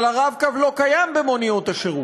אבל ה"רב-קו" לא קיים במוניות השירות.